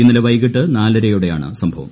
ഇന്നലെ വൈകീട്ട് നാലരയോടെയാണ് സംഭവം